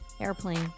Airplane